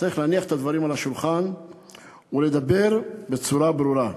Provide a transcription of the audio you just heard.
צריך להניח את הדברים על השולחן ולדבר בצורה ברורה.